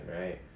right